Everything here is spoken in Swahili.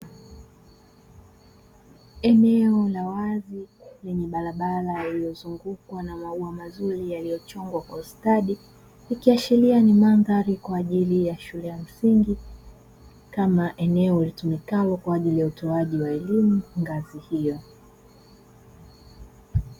Eneo la wazi lenye barabara iliyozungukwa na maua mazuri yaliyochongwa kwa ustadi, ikiashiria ni mandhari kwa ajili ya shule ya msingi kama eneo litumikalo kwa ajili ya utoaji wa elimu ngazi hiyo.